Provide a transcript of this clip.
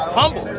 humbled?